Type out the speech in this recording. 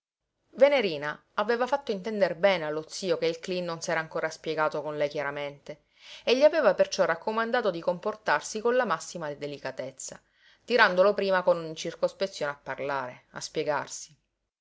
venerina aveva fatto intender bene allo zio che il cleen non s'era ancora spiegato con lei chiaramente e gli aveva perciò raccomandato di comportarsi con la massima delicatezza tirandolo prima con ogni circospezione a parlare a spiegarsi